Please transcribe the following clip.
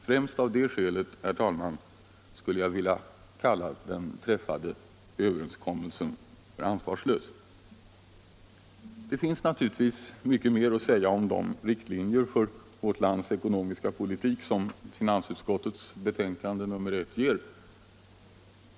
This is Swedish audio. Främst av det skälet, fru talman, skulle jag vilja kalla den träffade politiska uppgörelsen för ansvarslös. Det finns naturligtvis mycket mer att säga om de riktlinjer för vårt lands ekonomiska politik som finansutskottets betänkande nr 1 ger.